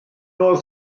oedd